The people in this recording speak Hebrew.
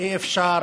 אי-אפשר